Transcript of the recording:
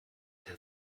der